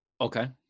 Okay